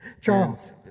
Charles